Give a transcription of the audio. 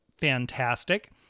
fantastic